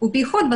וישקול את